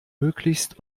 möglichst